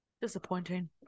Disappointing